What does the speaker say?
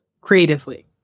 creatively